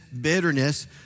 bitterness